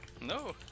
No